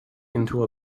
into